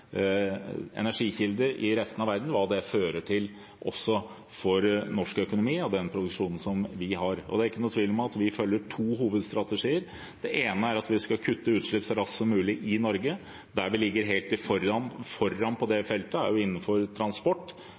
energikilder i resten av verden – hva det fører til også for norsk økonomi og den produksjonen som vi har. Det er ikke noen tvil om at vi følger to hovedstrategier. Den ene er at vi skal kutte utslipp så raskt som mulig i Norge. Vi ligger helt foran på det feltet innenfor transport,